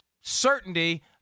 certainty